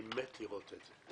אני מת לראות את זה,